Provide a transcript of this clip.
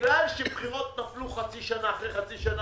בגלל שבחירות נפלו חצי שנה אחרי חצי שנה.